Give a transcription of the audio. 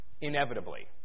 Inevitably